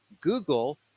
Google